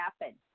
happen